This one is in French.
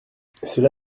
cela